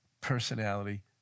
personality